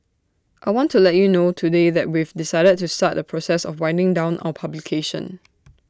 I want to let you know today that we've decided to start the process of winding down our publication